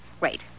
wait